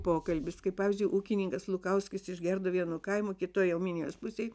pokalbis kaip pavyzdžiui ūkininkas lukauskis iš gerduvėnų kaimo kitoje minijos pusėj